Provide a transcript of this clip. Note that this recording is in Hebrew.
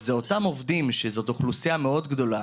אותם עובדים שזאת אוכלוסייה מאוד גדולה